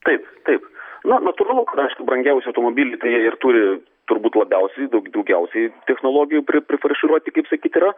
taip taip na natūralu ką reiškia brangiausią automobilį tai ir turi turbūt labiausiai daug daugiausiai technologijų pri prifarširuoti kaip sakyti yra